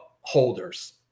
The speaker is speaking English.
holders